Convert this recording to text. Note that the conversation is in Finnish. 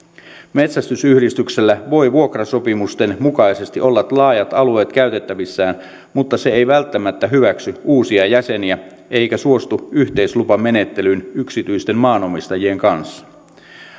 metsästysyhdistyksellä voi vuokrasopimusten mukaisesti olla laajat alueet käytettävissään mutta se ei välttämättä hyväksy uusia jäseniä eikä suostu yhteislupamenettelyyn yksityisten maanomistajien kanssa